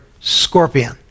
scorpion